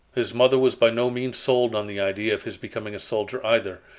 his mother was by no means sold on the idea of his becoming a soldier either,